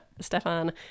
stefan